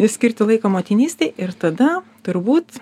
skirti laiko motinystei ir tada turbūt